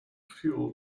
fuel